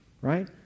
right